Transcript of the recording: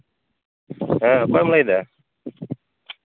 ᱦᱮᱸ ᱚᱠᱚᱭᱮᱢ ᱞᱟᱹᱭᱮᱫᱟ